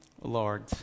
Lord